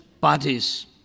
parties